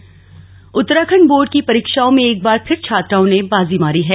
परीक्षाफल उत्तराखण्ड बोर्ड की परीक्षाओं में एक बार फिर छात्राओं ने बाजी मारी है